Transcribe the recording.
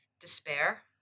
despair